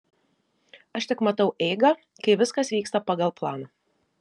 aš tik matau eigą kai viskas vyksta pagal planą